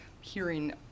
hearing